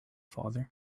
father